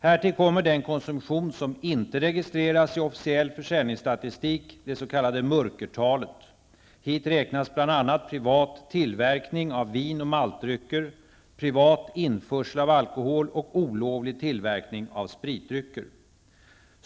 Härtill kommer den konsumtion som inte registreras i officiell försäljningsstatistik, det s.k. mörkertalet. Hit räknas bl.a. privat tillverkning av vin och maltdrycker, privat införsel av alkohol och olovlig tillverkning av spritdrycker.